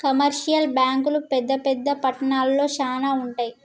commercial బ్యాంకులు పెద్ద పెద్ద పట్టణాల్లో శానా ఉంటయ్